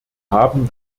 haben